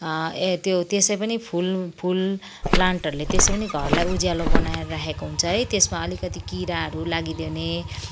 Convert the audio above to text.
ए त्यो त्यसै पनि फुल्नु फुल प्लान्टहरूले त्यसै पनि घरलाई उज्यालो बनाएर राखेको हुन्छ है त्यसमा अलिकति किराहरू लागिदियो भने